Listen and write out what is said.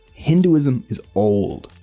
hinduism is old.